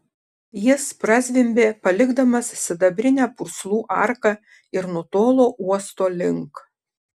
jis prazvimbė palikdamas sidabrinę purslų arką ir nutolo uosto link